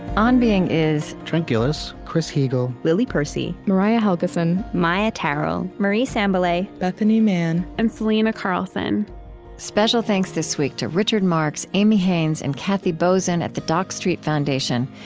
on being is trent gilliss, chris heagle, lily percy, mariah helgeson, maia tarrell, marie sambilay, bethanie mann, and selena carlson special thanks this week to richard marks, amy haines and kathy bosin at the dock street foundation,